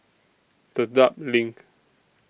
Dedap LINK